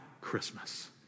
Christmas